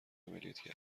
عملیاتی